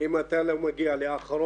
אם אתה לא מגיע לאחרון